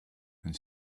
and